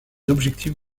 objectifs